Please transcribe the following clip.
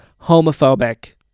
Homophobic